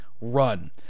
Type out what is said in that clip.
run